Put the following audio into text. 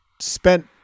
spent